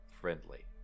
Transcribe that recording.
friendly